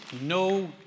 No